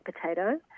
potato